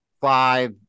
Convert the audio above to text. five